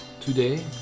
Today